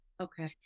Okay